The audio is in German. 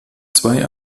zwei